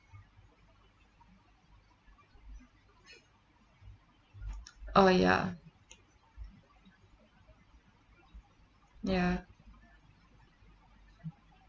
oh ya ya